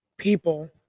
people